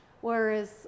whereas